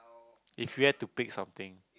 if you had to pick something